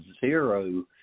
zero